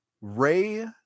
Ray